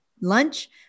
lunch